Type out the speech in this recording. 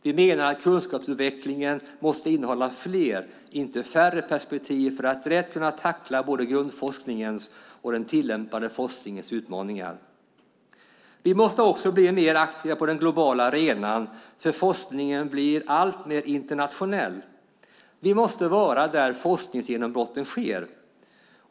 Vi menar att kunskapsutvecklingen måste innehålla fler, inte färre, perspektiv för att rätt kunna tackla både grundforskningens och den tillämpade forskningens utmaningar. Vi måste också bli mer aktiva på den globala arenan eftersom forskningen blir alltmer internationell. Vi måste vara där forskningsgenombrotten sker.